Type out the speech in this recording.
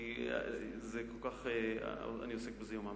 כי אני עוסק בזה יומם ולילה.